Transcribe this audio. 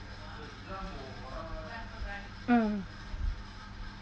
mm